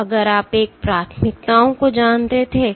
तो अगर आप एक प्राथमिकताओं को जानते थे